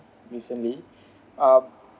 recently um